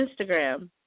Instagram